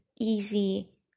easy